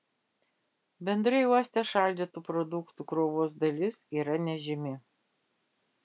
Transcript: bendrai uoste šaldytų produktų krovos dalis yra nežymi